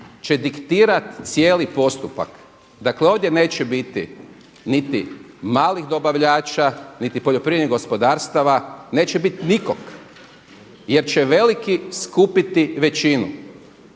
će diktirat taj postupak. Dakle, ovdje neće biti niti malih dobavljača, niti poljoprivrednih gospodarstava, neće biti nikog jer će veliki skupiti većinu.